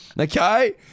Okay